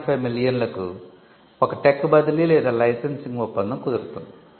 5 మిలియన్లకు ఒక టెక్ బదిలీ లేదా లైసెన్సింగ్ ఒప్పందం కుదురుతుంది